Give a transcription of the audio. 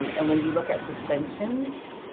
um and when you look at suspensions,